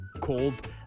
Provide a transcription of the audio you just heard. called